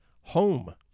home